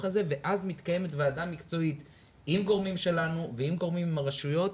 הזה ואז מתקיימת ועדה מקצועית עם גורמים שלנו וגורמים מהרשויות